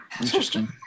Interesting